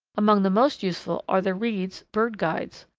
among the most useful are the reed's, bird guides,